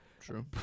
True